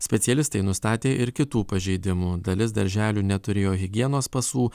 specialistai nustatė ir kitų pažeidimų dalis darželių neturėjo higienos pasų